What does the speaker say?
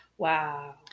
wow